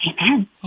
Amen